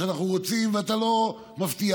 שאנחנו רוצים ואתה לא מבטיח,